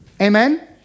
Amen